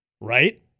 right